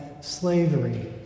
slavery